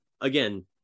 again